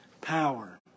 power